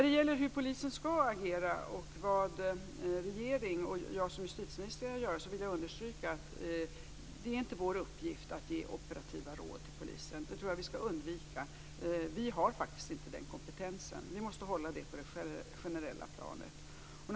Beträffande hur polisen skall agera och vad regeringen och jag som justitieminister kan göra vill jag understryka att det inte är vår uppgift att ge operativa råd till polisen. Det tror jag att vi skall undvika. Vi har faktiskt inte den kompetensen. Vi måste hålla det på det generella planet.